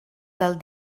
del